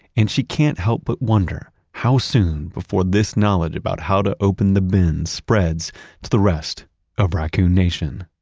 and she can't help but wonder how soon before this knowledge about how to open the bins spreads to the rest of raccoon nation?